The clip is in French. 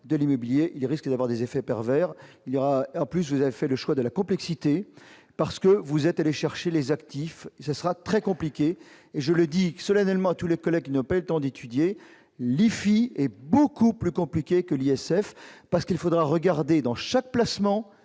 de l'immobilier. Il risque d'avoir des effets pervers. En plus, vous avez fait le choix de la complexité parce que vous êtes allé chercher les actifs, et ce sera très compliqué. Je le dis solennellement à tous les collègues qui n'ont pas eu le temps d'étudier le dossier, l'IFI est beaucoup plus compliqué que l'ISF parce qu'il faudra regarder dans chaque placement,